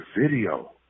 video